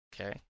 Okay